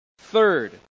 third